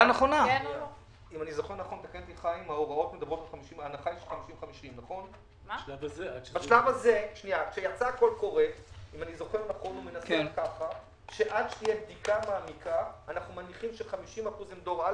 תודה כפולה לאכסניה המכובדת של הרב גפניי.